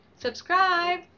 Subscribe